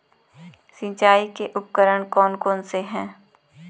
सिंचाई के उपकरण कौन कौन से हैं?